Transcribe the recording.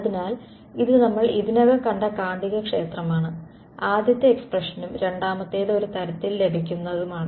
അതിനാൽ ഇത് നമ്മൾ ഇതിനകം കണ്ട കാന്തികക്ഷേത്രമാണ് ആദ്യത്തെ എക്സ്പ്രെഷനും രണ്ടാമത്തേത് ഒരു തരത്തിൽ ലഭിക്കുന്നതുമാണ്